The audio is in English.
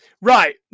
Right